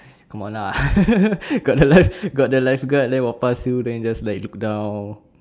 come on lah got the life got the lifeguard there walk past you then you just like look down